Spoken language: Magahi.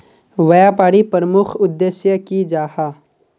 व्यापारी प्रमुख उद्देश्य की जाहा?